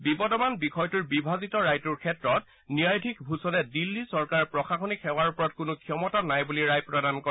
বিবদমান বিষয়টোৰ বিভাজিত ৰায়টোৰ ক্ষেত্ৰত ন্যায়াধীশ ভূষণে দিল্লী চৰকাৰৰ প্ৰশাসনিক সেৱাৰ ওপৰত কোনো ক্ষমতা নাই বুলি ৰায় প্ৰদান কৰে